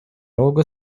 рога